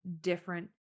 different